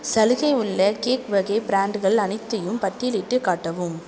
சலுகை உள்ள கேக் வகை ப்ராண்டுகள் அனைத்தையும் பட்டியலிட்டுக் காட்டவும்